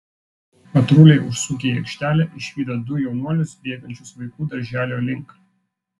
patruliai užsukę į aikštelę išvydo du jaunuolius bėgančius vaikų darželio link